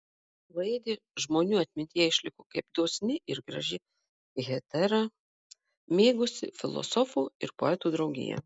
laidė žmonių atmintyje išliko kaip dosni ir graži hetera mėgusi filosofų ir poetų draugiją